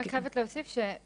אני רק חייבת להוסיף פה,